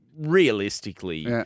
realistically